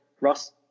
Russ